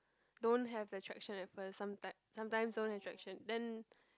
don't have attraction at first some time sometimes don't have attraction then